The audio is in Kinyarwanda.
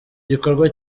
gikorwa